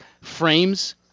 frames